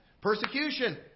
Persecution